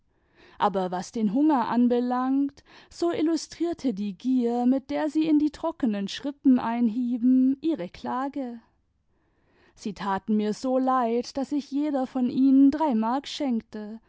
aber was den hunger anbelangt so illustrierte die gier mit der sie in die trockenen schrippen einhieben ihre klage sie taten mir so leid daß ich jeder von ihnen drei mark schenkte